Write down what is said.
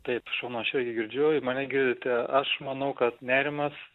taip šaunu aš girdžiu mane girdite aš manau kad nerimas